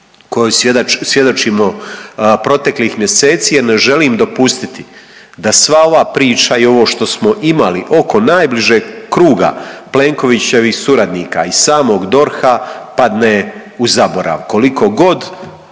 kojoj svjedočimo proteklih mjeseci jer ne želim dopustiti da sva ova priča i ovo što smo imali oko najbližeg kruga Plenkovićevih suradnika i samog DORH-a padne u zaborav.